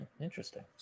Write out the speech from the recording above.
Interesting